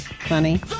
Funny